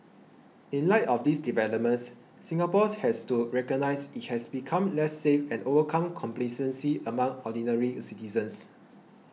in light of these developments Singapore has to recognise it has become less safe and overcome complacency among ordinary citizens